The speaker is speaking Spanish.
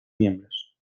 miembros